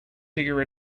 figure